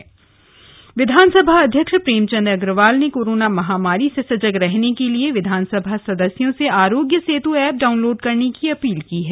appeal विधानसभा अध्यक्ष विधानसभा अध्यक्ष प्रेमचंद अग्रवाल ने कोरोना महामारी से सजग रहने के लिए विधानसभा सदस्यों से आरोग्य सेतु ऐप डाउनलोड करने की अपील की है